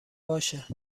باشه